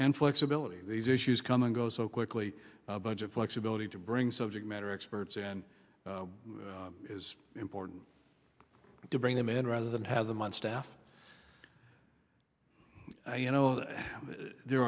and flexibility these issues come and go so quickly budget flexibility to bring subject matter experts and is important to bring them in rather than have them on staff i you know there